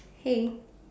hey